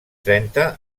trenta